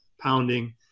pounding